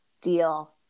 deal